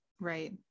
right